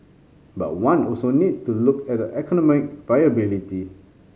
but one also needs to look at the economic viability